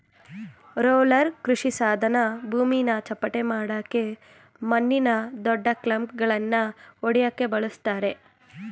roller ಕೃಷಿಸಾಧನ ಭೂಮಿನ ಚಪ್ಪಟೆಮಾಡಕೆ ಮಣ್ಣಿನ ದೊಡ್ಡಕ್ಲಂಪ್ಗಳನ್ನ ಒಡ್ಯಕೆ ಬಳುಸ್ತರೆ